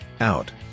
Out